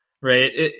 right